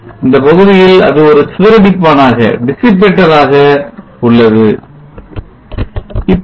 இந்தப் பகுதியில் அது ஒரு சிதறடிப்பானாக உள்ளது